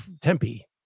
Tempe